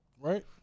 Right